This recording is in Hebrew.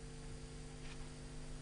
בבקשה.